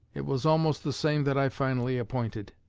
it was almost the same that i finally appointed.